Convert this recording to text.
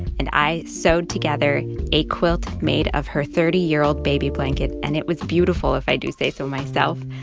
and i sewed together a quilt made of her thirty year old baby blanket, and it was beautiful, if i do say so myself.